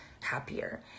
happier